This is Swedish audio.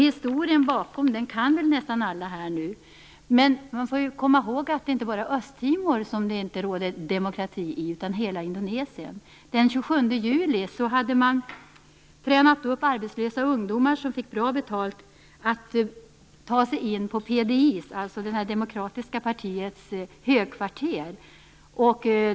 Historien bakom kan väl nästan alla här nu, men man får ju komma ihåg att det inte bara är Östtimor som demokrati nu inte råder i, utan hela Indonesien. Den 27 juli hade man tränat upp arbetslösa ungdomar som fick bra betalt för att ta sig in på PDI:s, dvs. det demokratiska partiets, högkvarter.